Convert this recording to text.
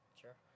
Sure